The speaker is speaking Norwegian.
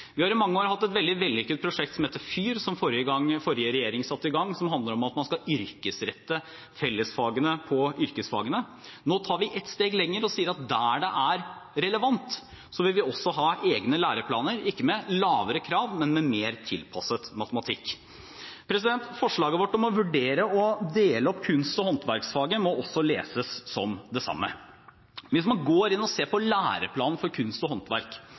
Vi har i mange år hatt et veldig vellykket prosjekt som heter FYR, som forrige regjering satte i gang, og som handler om at man skal yrkesrette fellesfagene på yrkesfagene. Nå tar vi ett steg lenger og sier at der det er relevant, vil vi også ha egne læreplaner, ikke med lavere krav, men med mer tilpasset matematikk. Forslaget vårt om å vurdere og dele opp kunst- og håndverksfaget må også leses som det samme. Hvis man går inn og ser på læreplanen for kunst og håndverk,